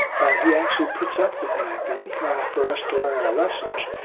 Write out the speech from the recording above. but he actually puts up with it i think for us to learn our lessons.